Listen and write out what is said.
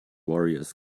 warriors